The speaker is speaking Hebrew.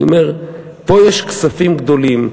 אני אומר, פה יש כספים גדולים.